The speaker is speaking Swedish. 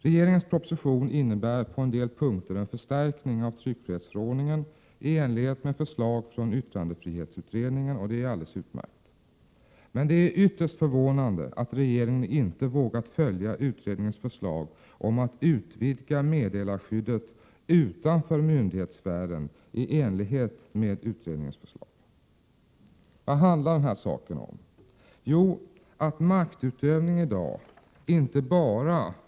Regeringens proposition innebär på en del punkter en förstärkning av tryckfrihetsförordningen i enlighet med förslag från yttrandefrihetsutredningen, och det är alldeles utmärkt. Men det är ytterst förvånande att regeringen inte vågat följa utredningens förslag om att utvidga meddelarskyddet utanför myndighetssfären i enlighet med utredningens förslag. Vad handlar den här saken om? Jo, att maktutövning i dag inte bara sker — Prot.